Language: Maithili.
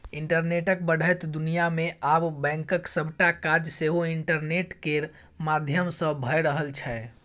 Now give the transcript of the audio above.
इंटरनेटक बढ़ैत दुनियाँ मे आब बैंकक सबटा काज सेहो इंटरनेट केर माध्यमसँ भए रहल छै